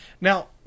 Now